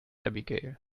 abigail